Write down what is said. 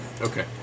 Okay